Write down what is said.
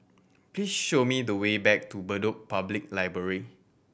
please show me the way back to Bedok Public Library